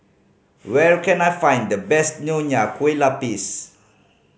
where can I find the best Nonya Kueh Lapis